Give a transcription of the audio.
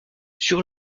sur